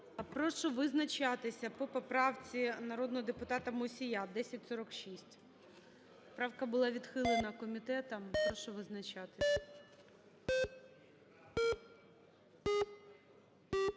Прошу визначатися по поправці народного депутата Мусія 1046. Правка була відхилена комітетом. Прошу визначатися.